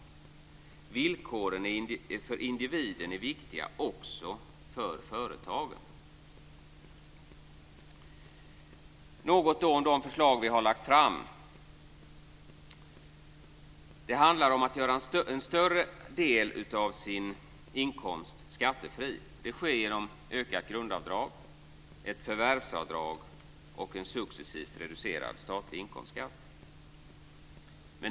Villkoren för individen är viktiga också för företagen. Jag ska säga något om de förslag som vi har lagt fram. Det handlar om att göra en större del av människors inkomst skattefri. Det ska ske genom ökat grundavdrag, ett förvärvsavdrag och en successivt reducerad statlig inkomstskatt.